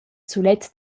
sulet